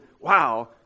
wow